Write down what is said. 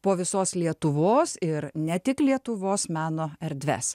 po visos lietuvos ir ne tik lietuvos meno erdves